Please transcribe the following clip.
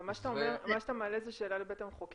מה שאתה מעלה פה היא שאלה לבית המחוקקים.